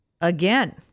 again